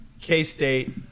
K-State